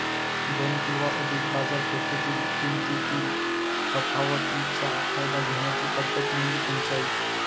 दोन किंवा अधिक बाजारपेठेतील किमतीतील तफावतीचा फायदा घेण्याची पद्धत म्हणजे पंचाईत